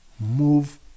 move